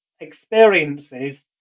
experiences